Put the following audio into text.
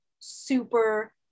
super